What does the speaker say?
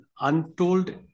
Untold